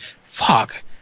Fuck